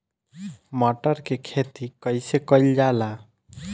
मटर के खेती कइसे कइल जाला?